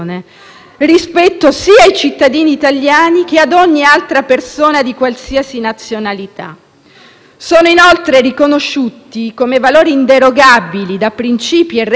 Sono inoltre riconosciuti come valori inderogabili da principi e regole internazionali che il nostro Paese ha sempre condiviso. Per tutte queste ragioni,